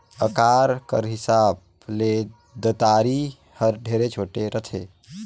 अकार कर हिसाब ले दँतारी हर ढेरे छोटे रहथे